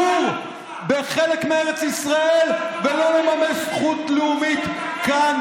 בחלק מארץ ישראל ולא לממש זכות לאומית כאן,